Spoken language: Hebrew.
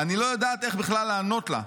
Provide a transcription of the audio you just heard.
אני לא יודעת בכלל איך לענות לה.